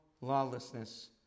lawlessness